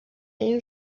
این